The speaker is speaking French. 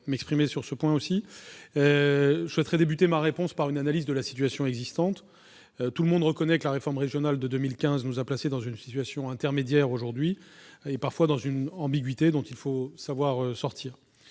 m'exprimer. Je souhaite commencer mon propos par une analyse de la situation existante. Tout le monde reconnaît que la réforme régionale de 2015 nous a placés dans une situation intermédiaire et, parfois, dans une ambiguïté dont il faut savoir sortir.